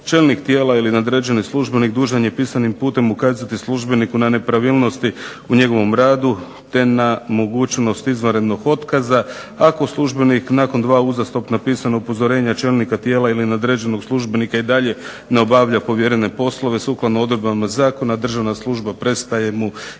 čelnik tijela ili nadređeni službenik dužan je pisanim putem ukazati službeniku na nepravilnosti u njegovom radu, te na mogućnost izvanrednog otkaza ako službenik nakon dva uzastopna pisana upozorenja čelnika tijela ili nadređenog službenika i dalje ne obavlja povjerene poslove sukladno odredbama zakona. Državna služba prestaje mu izvanrednim